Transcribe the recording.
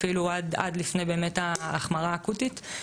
עד לפני ההחמרה האקוטית.